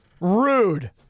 Rude